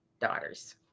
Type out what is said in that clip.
daughters